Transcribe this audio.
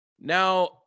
now